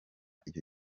icyo